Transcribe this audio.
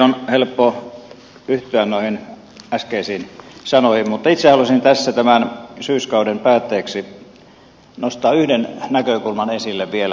on helppo yhtyä noihin äskeisiin sanoihin mutta itse haluaisin tässä tämän syyskauden päätteeksi nostaa yhden näkökulman esille vielä